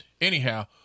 anyhow